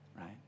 right